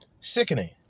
Sickening